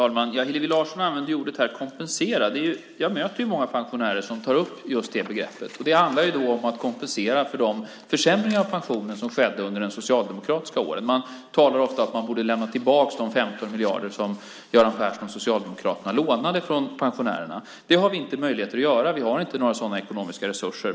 Fru talman! Hillevi Larsson använder här ordet "kompensera". Jag möter många pensionärer som tar upp just det begreppet. Det handlar då om att kompensera för de försämringar av pensionen som skedde under de socialdemokratiska åren. Man talar ofta om att vi borde lämna tillbaka de 15 miljarder som Göran Persson och Socialdemokraterna lånade av pensionärerna. Det har vi inte möjligheter att göra. Vi har inga sådana ekonomiska resurser.